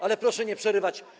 Ale proszę nie przerywać.